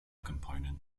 component